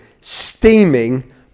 steaming